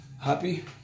Happy